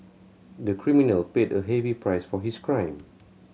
the criminal paid a heavy price for his crime